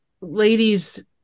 ladies